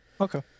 Okay